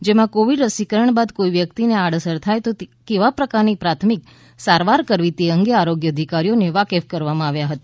જેમા કોવિડ રસીકરણ બાદ કોઇ વ્યકિતને આડઅસર થાય તો કેવા પ્રકારની પ્રાથમિક સારવાર કરવી તે અંગે આરોગ્ય અધિકારીઓને વાકેફ કરવામાં આવ્યા હતા